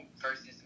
versus